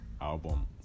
album